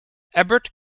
ebert